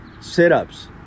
sit-ups